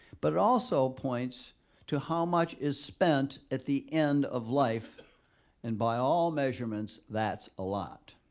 but it also points to how much is spent at the end of life and by all measurements that's a lot.